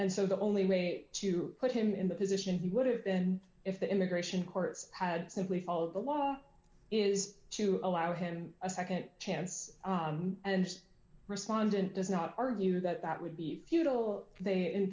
there so the only way to put him in the position he would have been if the immigration courts had simply followed the law is to allow him a nd chance and respondent does not argue that that would be futile they